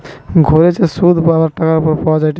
ঘুরে যে শুধ আবার টাকার উপর পাওয়া যায়টে